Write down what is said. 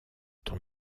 ton